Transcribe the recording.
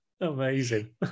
Amazing